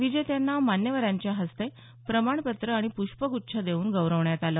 विजेत्यांना मान्यवरांच्या हस्ते प्रमाणपत्र आणि पृष्पग्रच्छ देऊन गौरवण्यात आलं